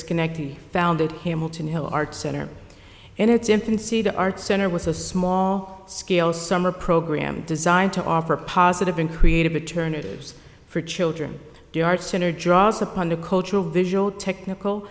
schenectady founded hamilton hill arts center and its infancy the art center was a small scale summer program designed to offer a positive in creative maternity for children the art center draws upon the cultural visual technical